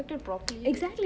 respect it properly